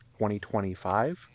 2025